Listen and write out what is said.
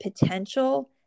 potential